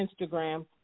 Instagram